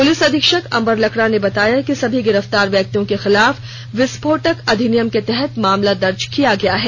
police अधीक्षक अंबर लकड़ा ने बताया कि सभी गिरफ्तार व्यक्तियों के खिलाफ विस्फोटक अधिनियम के तहत मामला दर्ज किया गया है